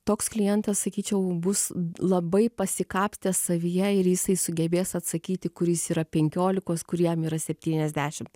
toks klientas sakyčiau bus labai pasikapstęs savyje ir jisai sugebės atsakyti kur jis yra penkiolikos kuriam yra septyniasdešimt